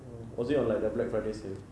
mm was it on like the black friday sale